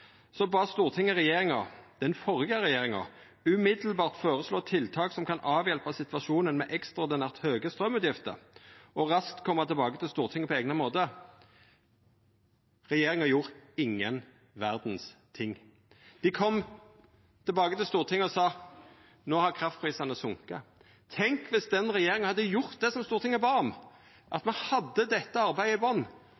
bad Stortinget den førre regjeringa om å umiddelbart foreslå tiltak som kan avhjelpe situasjonen med ekstraordinært høye strømutgifter, og raskt komme tilbake til Stortinget på egnet måte.» Regjeringa gjorde ingen verdas ting. Dei kom tilbake til Stortinget og sa at no har kraftprisane sokke. Tenk om den regjeringa hadde gjort det som Stortinget bad om – at